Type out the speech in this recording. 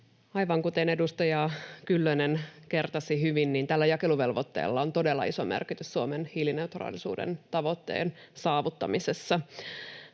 Aivan kuten edustaja Kyllönen kertasi hyvin, tällä jakeluvelvoitteella on todella iso merkitys Suomen hiilineutraalisuuden tavoitteen saavuttamiselle.